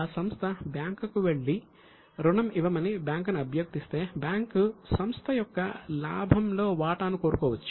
ఆ సంస్థ బ్యాంకుకు వెళ్లి రుణం ఇవ్వమని బ్యాంకును అభ్యర్థిస్తే బ్యాంకు సంస్థ యొక్క లాభంలో వాటాను కోరుకోవచ్చు